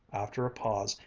after a pause,